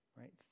Right